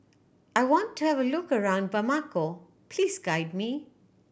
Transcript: I want to have a look around Bamako please guide me